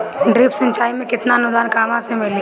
Drip सिंचाई मे केतना अनुदान कहवा से मिली?